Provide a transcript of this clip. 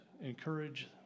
encourage